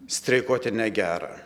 streikuoti negera